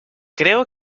creo